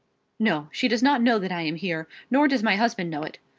no she does not know that i am here nor does my husband know it.